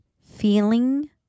feeling